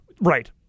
Right